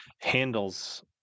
handles